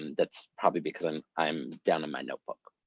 that's probably because i'm i'm down in my notebook.